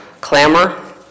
clamor